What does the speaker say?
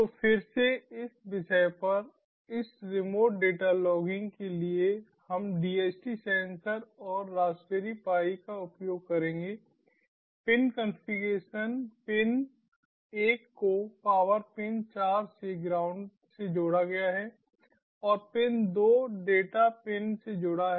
तो फिर से इस विषय पर इस रिमोट डेटा लॉगिंग के लिए हम DHT सेंसर और रासबेरी पाई का उपयोग करेंगे पिन कॉन्फ़िगरेशन पिन एक को पावर पिन चार से ग्राउंड से जोड़ा गया है और पिन 2 डेटा पिन से जुड़ा है